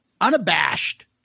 unabashed